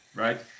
right,